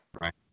right